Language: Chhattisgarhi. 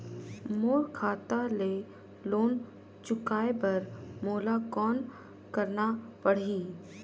मोर खाता ले लोन चुकाय बर मोला कौन करना पड़ही?